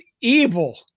evil